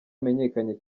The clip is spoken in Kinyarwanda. wamenyekanye